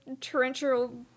torrential